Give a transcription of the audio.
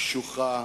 קשוחה,